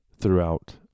throughout